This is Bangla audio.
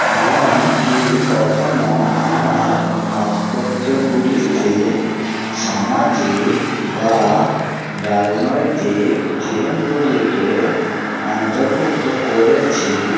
আমি কি কখনো আমার ভাস্কর্যগুলিতে সামাজিক বা রাজনৈতিক থিমগুলিকে অন্তর্ভুক্ত করেছি